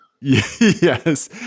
Yes